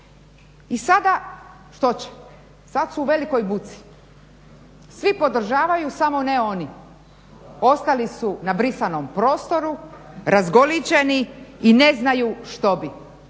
I sada što će? Sad su u velikoj buci. Svi podržavaju samo ne oni. Ostali su na brisanom prostoru, razgolićeni i ne znaju što bi.